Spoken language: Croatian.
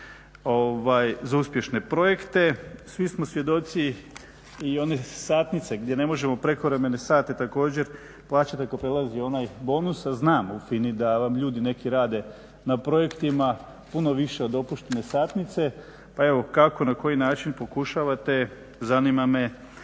za uspješne projekte? Svi smo svjedoci i one satnice gdje ne možemo prekovremene sate također plaćati ako prelazi onaj bonus, a znam u FINA-i da vam ljudi neki rade na projektima puno više od dopuštene satnice. Pa evo kako, na koji način pokušavate zanima me